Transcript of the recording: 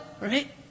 right